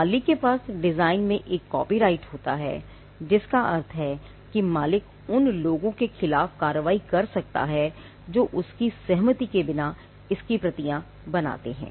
मालिक के पास डिज़ाइन में एक कॉपीराइट होता है जिसका अर्थ है कि मालिक उन लोगों के खिलाफ कार्रवाई कर सकता है जो उसकी सहमति के बिना इसकी प्रतियां बनाते हैं